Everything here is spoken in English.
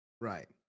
Right